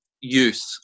youth